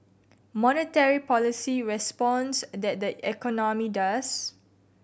monetary policy responds tat the economy does